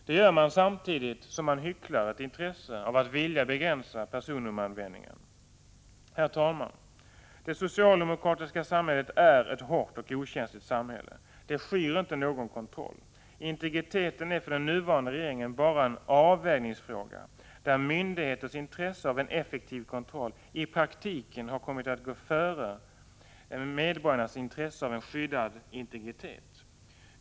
Det gör man samtidigt som man hycklar ett intresse av att begränsa personnummeranvändningen. Herr talman! Det socialdemokratiska samhället är ett hårt och okänsligt samhälle. Det skyr inte någon kontroll. Integriteten är för den nuvarande regeringen bara en avvägningsfråga, där myndigheters intresse av en effektiv kontroll i praktiken har kommit att gå före medborgarnas intresse av en skyddad integritet.